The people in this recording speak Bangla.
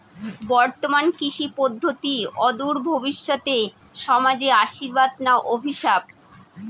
বর্তমান কৃষি পদ্ধতি অদূর ভবিষ্যতে সমাজে আশীর্বাদ না অভিশাপ?